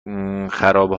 خرابه